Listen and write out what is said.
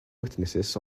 witnesses